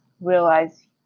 realize